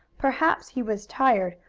perhaps he was tired,